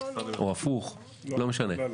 או הפוך, לא משנה.